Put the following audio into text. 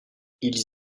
ils